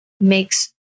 makes